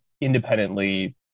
independently